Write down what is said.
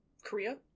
Korea